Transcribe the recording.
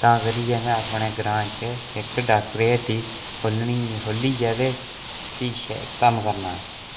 तां करियै में अपने ग्रांऽ च इक डाक्टर दी हट्टी खोलनी खोलियै ते फ्ही कम्म करना